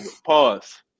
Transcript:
pause